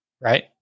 Right